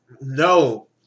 no